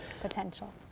potential